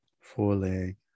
foreleg